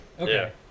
Okay